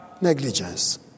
Negligence